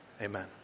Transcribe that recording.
amen